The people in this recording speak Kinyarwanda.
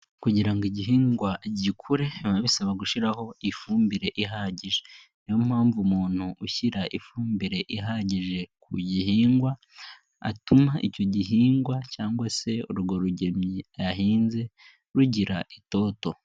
Kugira ngo igihingwa gikure biba bisaba gushyiraho ifumbire ihagije, niyo mpamvu umuntu ushyira ifumbire ihagije ku gihingwa atuma icyo gihingwa cyangwa se urwo rugemye yahinze rugira itoto.